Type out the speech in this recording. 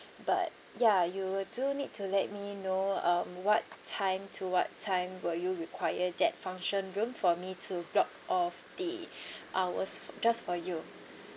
but ya you'll do need to let me know um what time to what time will you require that function room for me to block of the hours just for you